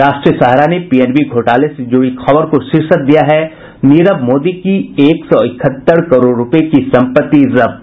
राष्ट्रीय सहारा ने पीएनबी घोटाले से जुड़ी खबर को शीर्षक दिया है नीरव मोदी की एक सौ इकहत्तर करोड़ रूपये की सम्पत्ति जब्त